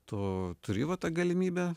tu turi va tą galimybę